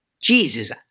Jesus